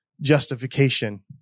justification